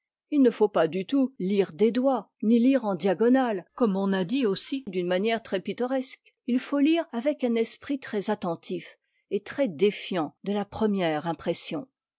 il ne faut pas du tout lire des doigts ni lire en diagonale comme on a dit aussi d'une manière très pittoresque il faut lire avec un esprit très attentif et très défiant de la première impression